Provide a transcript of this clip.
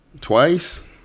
twice